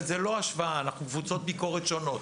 זאת לא השוואה, אנחנו קבוצות ביקורת שונות.